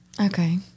Okay